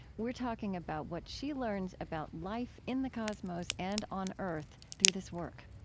we're talking about what she learns about life in the cosmos and on earth through this work